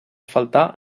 faltar